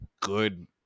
good